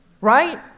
right